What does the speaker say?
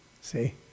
See